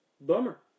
Bummer